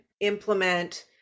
implement